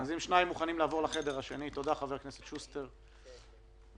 מחר עם חבר הכנסת ניסנקורן.